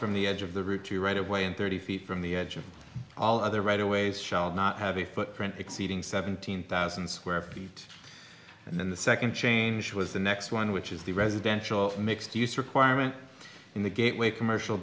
from the edge of the route to right away and thirty feet from the edge of all other right away is shall not have a footprint exceeding seventeen thousand square feet and then the second change was the next one which is the residential mixed use requirement in the gateway commercial